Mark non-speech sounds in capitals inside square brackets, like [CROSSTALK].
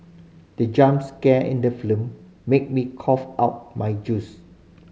the jump scare in the [UNINTELLIGIBLE] made me cough out my juice